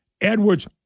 Edwards